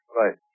Right